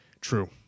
True